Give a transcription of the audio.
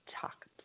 talk